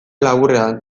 laburrean